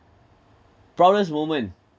proudest moment